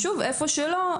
והיכן שלא,